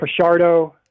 Pachardo